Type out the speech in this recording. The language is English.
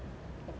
要分手